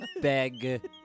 beg